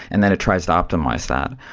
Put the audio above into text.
and that a trust optimize that.